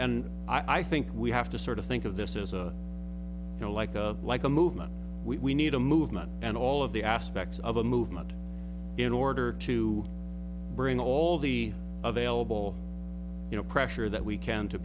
and i think we have to sort of think of this as a you know like of like a movement we need a movement and all of the aspects of a movement in order to bring all the available you know pressure that we can to